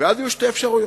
ואז יש שתי אפשרויות.